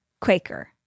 Quaker